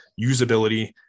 usability